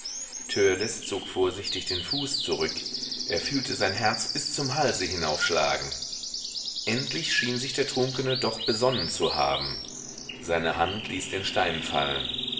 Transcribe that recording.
zog vorsichtig den fuß zurück er fühlte sein herz bis zum halse hinauf schlagen endlich schien sich der trunkene doch besonnen zu haben seine hand ließ den stein fallen